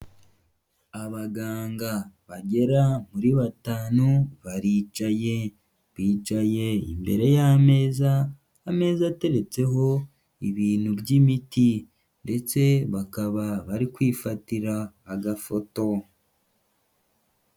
Abaganga bagera muri batanu baricaye, bicaye imbere y'ameza, ameza ateretseho ibintu by'imiti ndetse bakaba bari kwifatira agafoto.